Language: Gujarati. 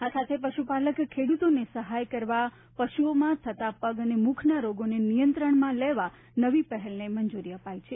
આ સાથે પશુપાલક ખેડુતોને સહાય કરવા પશુઓમાં થતાં પગ અને મુખના રોગોને નિયંત્રણમાં લેવા નવી પહેલને મંજુરી આપી છે